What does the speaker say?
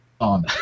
on